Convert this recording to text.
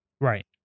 Right